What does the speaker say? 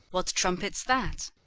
what trumpet's that?